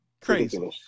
Crazy